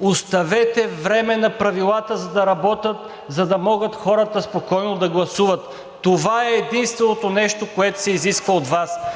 Оставете време на правилата, за да работят, за да могат хората спокойно да гласуват! Това е единственото нещо, което се изисква от Вас.